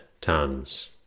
tons